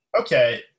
Okay